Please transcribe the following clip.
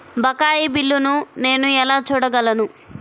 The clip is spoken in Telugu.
బకాయి బిల్లును నేను ఎలా చూడగలను?